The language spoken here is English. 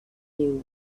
new